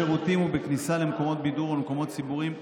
בשירותים ובכניסה למקומות בידור ולמקומות ציבוריים,